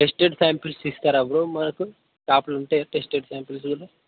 tested samples తీసుకురా bro మాకు షాపులో ఉంటాయా టెస్టెడ్ శాంపిల్స్ గూడా